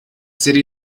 city